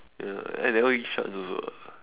ya I never give chance also lah